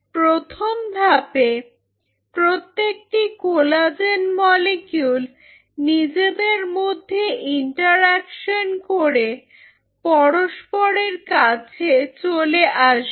প্রথম ধাপে প্রত্যেকটি কোলাজেন মলিকিউল নিজেদের মধ্যে ইন্টারঅ্যাকশন করে পরস্পরের কাছে চলে আসবে